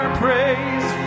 praise